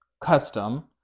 custom